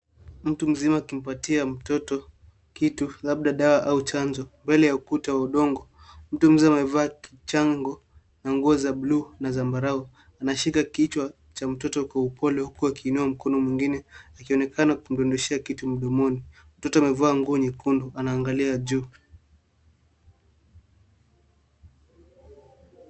Mtu mzima akimpatia mtoto kitu, labda dawa au chanjo, mbele ya ukuta ya udongo. Mtu mzima amevaa chango za nguo za blue na zambarau. Anashika kichwa cha mtoto kwa upole, huku akiinua mkono mwingine, akionekana kumdondoshea kitu mdomoni. Mtoto amevaa nguo nyekundu, anaangalia juu.